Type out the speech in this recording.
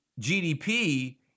GDP